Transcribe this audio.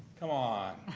come on!